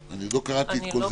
עוד לא קראתי את כל זה כרגע.